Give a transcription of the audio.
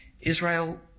Israel